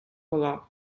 було